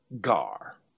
gar